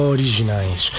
Originais